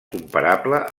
comparable